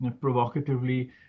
provocatively